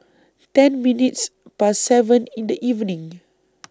ten minutes Past seven in The evening